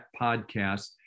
podcast